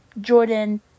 Jordan